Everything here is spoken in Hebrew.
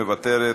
מוותרת,